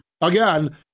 Again